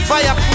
Fire